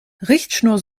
richtschnur